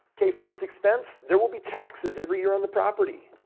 okay, first expense. there will be taxes every year on the property.